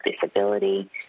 disability